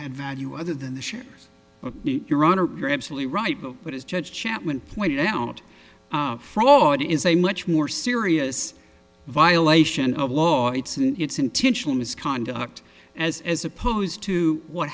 had value other than the shares your honor you're absolutely right but it is judged chapman pointed out fraud is a much more serious violation of law it's an it's intentional misconduct as as opposed to what